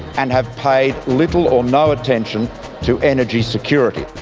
and have paid little or no attention to energy security.